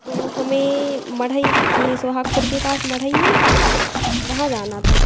तो हमें मड़हई इ जे सोहागपुर के पास मड़हई है ना वहाँ जाना था